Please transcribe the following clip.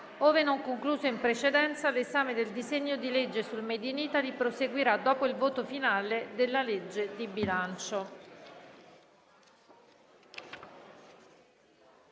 Ove non concluso in precedenza, l'esame del disegno di legge sul *made in Italy* proseguirà dopo il voto finale della legge di bilancio.